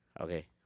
okay